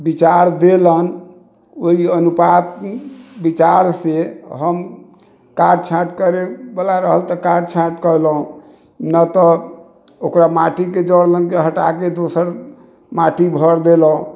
विचार देलनि ओहि अनुपात विचारसँ हम काट छाँट करै बला रहल तऽ काट छाँट कएलहुॅं न तऽ ओकरा माटिके जड़मे से हटाकर दोसर माटि भर देलहुॅं